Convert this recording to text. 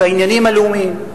והעניינים הלאומיים.